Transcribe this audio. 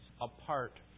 apart